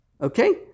okay